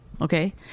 Okay